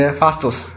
fastos